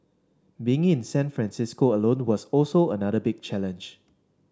been in San Francisco alone was also another big challenge